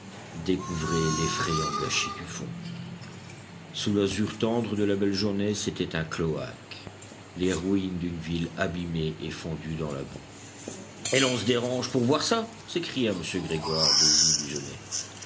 découvrait l'effrayant gâchis du fond sous l'azur tendre de la belle journée c'était un cloaque les ruines d'une ville abîmée et fondue dans de la boue et l'on se dérange pour voir ça s'écria m grégoire